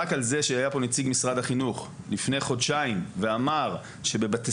רק על זה שהיה פה נציג משרד החינוך לפני חודשיים ואמר שבבתי